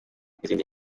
n’izindi